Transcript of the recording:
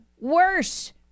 worse